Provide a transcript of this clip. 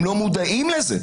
הם לא מודעים לזה.